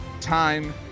time